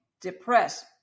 depressed